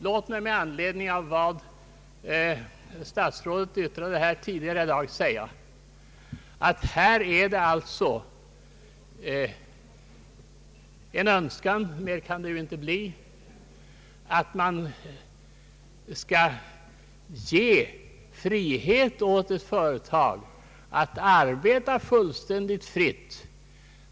Låt mig med anledning av vad statsrådet yttrade här tidigare i dag få säga, att det alltså här existerar en Öönskan — mer kan det inte bli — att ett statligt företag ges möjlighet att arbeta fullständigt fritt.